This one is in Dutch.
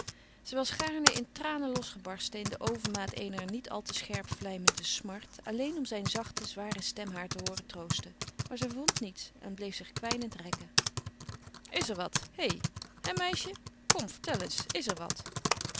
zij was gaarne in tranen losgebarsten in de overmaat eener niet al te scherp vlijmende smart alleen om zijne zachte zware stem haar te hooren troosten maar zij vond niets en bleef zich kwijnend rekken is er wat hé hè meisje kom vertel eens is er wat